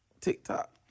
TikTok